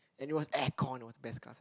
and it was aircon it was best class ever